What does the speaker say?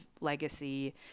legacy